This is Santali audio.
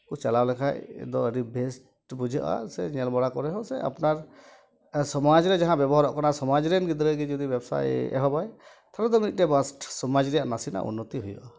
ᱠᱚ ᱪᱟᱞᱟᱣ ᱞᱮᱠᱷᱟᱡ ᱫᱚ ᱟᱹᱰᱤ ᱵᱮᱥᱴ ᱵᱩᱡᱷᱟᱹᱜᱼᱟ ᱥᱮ ᱧᱮᱞ ᱵᱟᱲᱟ ᱠᱚᱨᱮ ᱦᱚᱸ ᱥᱮ ᱟᱯᱱᱟᱨ ᱥᱚᱢᱟᱡᱽ ᱨᱮ ᱡᱟᱦᱟᱸ ᱵᱮᱵᱚᱦᱟᱨᱚᱜ ᱠᱟᱱᱟ ᱥᱚᱢᱟᱡᱽ ᱨᱮᱱ ᱜᱤᱫᱽᱨᱟᱹᱜᱮ ᱡᱩᱫᱤ ᱵᱮᱵᱥᱟᱭ ᱮᱦᱚᱵᱟᱭ ᱛᱚᱵᱮ ᱛᱚ ᱢᱤᱫᱴᱟᱝ ᱵᱟᱥᱴ ᱥᱚᱢᱟᱡᱽ ᱨᱮᱭᱟᱜ ᱱᱟᱥᱮᱱᱟᱜ ᱩᱱᱱᱚᱛᱤ ᱦᱩᱭᱩᱜᱼᱟ